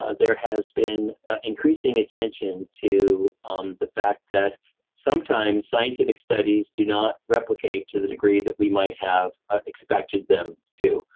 ah there has been increasing attention to um the fact that sometimes scientific studies do not replicate to the degree that we might have ah expected them to.